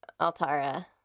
Altara